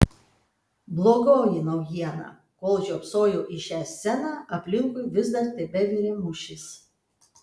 blogoji naujiena kol žiopsojau į šią sceną aplinkui vis dar tebevirė mūšis